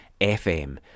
FM